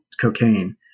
cocaine